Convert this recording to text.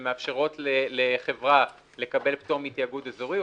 שמאפשרות לחברה לקבל פטור מתיאגוד אזורי,